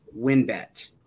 Winbet